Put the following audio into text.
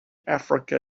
africa